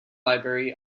library